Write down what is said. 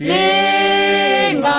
a